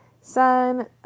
Sun